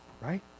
Right